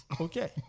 okay